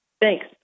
Thanks